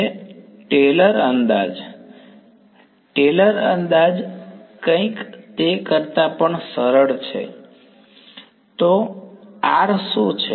વિદ્યાર્થી ટેલર અંદાજ ટેલર અંદાજ કંઈક તે કરતાં પણ સરળ છે તો r શું છે